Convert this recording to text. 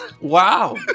Wow